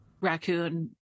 raccoon